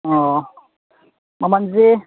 ꯑꯣ ꯃꯃꯟꯁꯦ